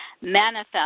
manifest